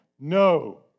No